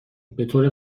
بطور